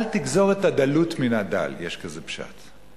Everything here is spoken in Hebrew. אל תגזול את הדלות מהדל, יש כזה פשט.